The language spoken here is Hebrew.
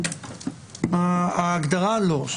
ההגדרה לא.